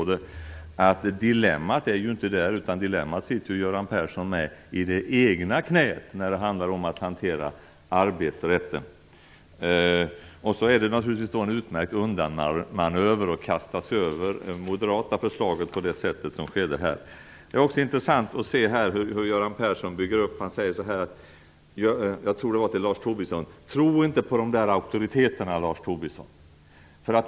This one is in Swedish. När det handlar om att hantera arbetsrätten sitter ju Göran Persson med dilemmat i det egna knät. Det är naturligtvis en utmärkt undanmanöver att kasta sig över det moderata förslaget på det sätt som skedde här. Det är också intressant att se hur Göran Persson bygger upp detta. Jag tror att det var till Lars Tobisson han sade att man inte skulle tro på auktoriteter.